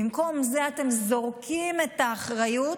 במקום זה אתם זורקים את האחריות,